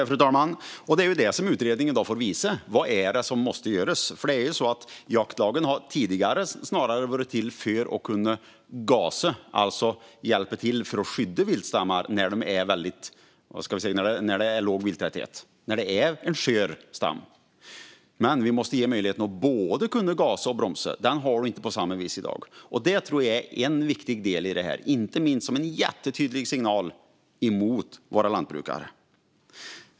Fru talman! Det är det som utredningen får visa, vad som måste göras. Jaktlagen har tidigare snarare varit till för att kunna gasa, alltså hjälpa till, när det gäller att skydda viltstammar med låg vilttäthet, när det är en skör stam. Men vi måste ge möjligheten att både gasa och bromsa. Det finns inte på samma vis i dag. Det tror jag är en viktig del i det här, inte minst som en jättetydlig signal till våra lantbrukare.